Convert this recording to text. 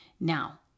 Now